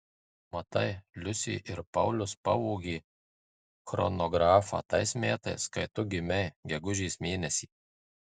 matai liusė ir paulius pavogė chronografą tais metais kai tu gimei gegužės mėnesį